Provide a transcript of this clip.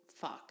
fuck